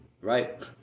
Right